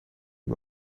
and